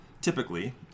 typically